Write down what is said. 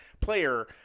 player